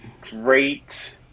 great